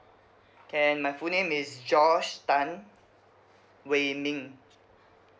and my full name is gearge tan wei ling